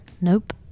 nope